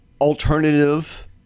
alternative